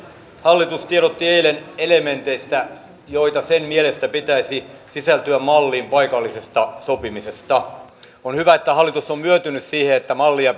hallitus tiedotti eilen elementeistä joita sen mielestä pitäisi sisältyä malliin paikallisesta sopimisesta on hyvä että hallitus on myöntynyt siihen että mallia